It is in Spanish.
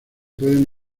pueden